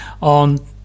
on